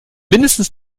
mindestens